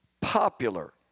popular